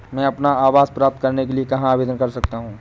मैं अपना आवास प्राप्त करने के लिए कहाँ आवेदन कर सकता हूँ?